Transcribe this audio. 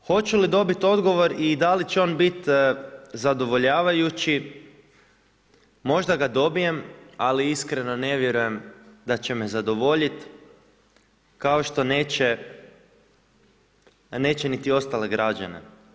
Hoće li dobiti odgovor i da li će on biti zadovoljavajući, možda ga dobijem, ali iskreno ne vjerujem da će me zadovoljiti, kao što neće niti ostale građane.